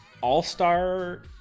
all-star